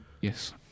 Yes